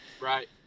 right